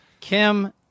Kim